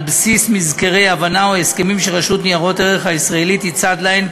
על בסיס מזכרי הבנה או הסכמים שרשות ניירות ערך הישראלית היא צד להן,